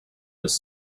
was